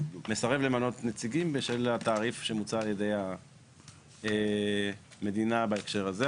מסרב למנות נציגים בשל התעריף שמוצע על ידי המדינה בהקשר הזה.